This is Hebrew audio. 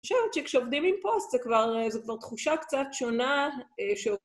אני חושבת שכשעובדים עם פוסט זו כבר תחושה קצת שונה...